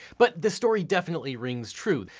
but the story definitely rings true.